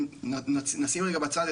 נשים רגע בצד,